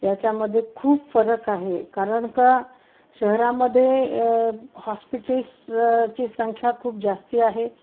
याच्यामध्ये खूप फरक आहे कारण का शहरामध्ये हॉस्पिटल्सची संख्या खूप जास्त आहे